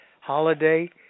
holiday